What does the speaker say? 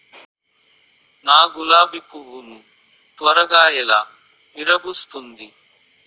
నా గులాబి పువ్వు ను త్వరగా ఎలా విరభుస్తుంది?